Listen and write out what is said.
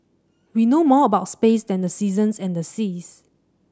we know more about space than the seasons and the seas